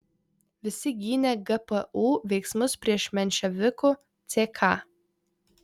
visi gynė gpu veiksmus prieš menševikų ck